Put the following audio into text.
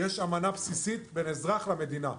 יש אמנה בסיסית בין אזרח למדינה,